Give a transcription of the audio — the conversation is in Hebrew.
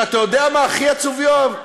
ואתה יודע מה הכי עצוב, יואב?